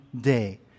day